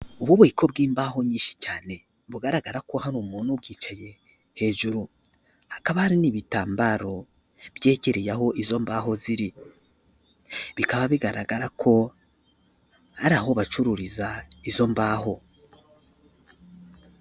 Ububiko bw'imbaho nyinshi cyane bugaragara ko hari umuntu ubwicaye hejuru, hakaba hari n'ibitambaro byegereye aho izo mbaho ziri, bikaba bigaragara ko ari aho bacururiza izo mbaho.